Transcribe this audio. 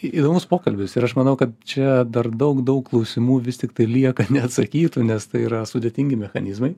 įdomus pokalbis ir aš manau kad čia dar daug daug klausimų vis tiktai lieka neatsakytų nes tai yra sudėtingi mechanizmai